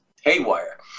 haywire